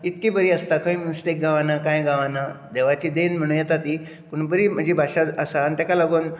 इतकी बरी आसता खंय मिस्टेक गावना कांय गावना देवाची देण म्हणू येता ती पूण बरी म्हजी भाशा आसा तेका लागून